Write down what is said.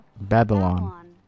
BABYLON